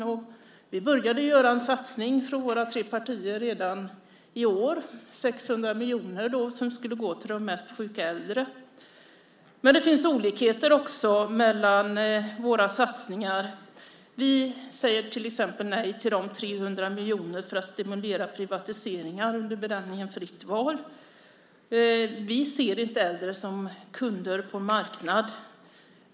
Vi i våra tre partier började redan i år med en satsning om 600 miljoner som skulle gå till de mest sjuka äldre. Men det finns också olikheter mellan satsningarna. Till exempel säger vi nej till de 300 miljonerna för att stimulera privatiseringar under benämningen fritt val. Vi ser inte äldre som kunder på en marknad.